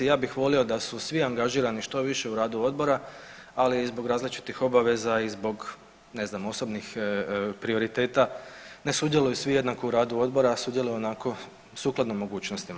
Ja bih volio da su svi angažirani što više u radu odbora, ali zbog različitih obaveza i zbog ne znam osobnih prioriteta ne sudjeluju svi jednako u radu odbora, sudjeluju onako sukladno mogućnostima.